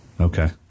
Okay